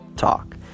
talk